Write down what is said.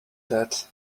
that